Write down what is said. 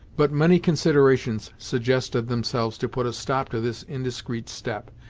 but many considerations suggested themselves to put a stop to this indiscreet step.